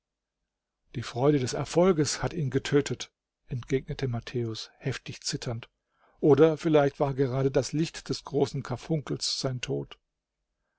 die freude des erfolges hat ihn getötet entgegnete matthäus heftig zitternd oder vielleicht war gerade das licht des großen karfunkels sein tod